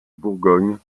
bourgogne